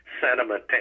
sentiment